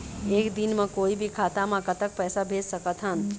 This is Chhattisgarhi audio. एक दिन म कोई भी खाता मा कतक पैसा भेज सकत हन?